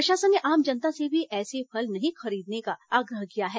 प्रशासन ने आम जनता से भी ऐसे फल नहीं खरीदने का आग्रह किया है